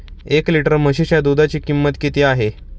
एक लिटर म्हशीच्या दुधाची किंमत किती आहे?